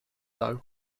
low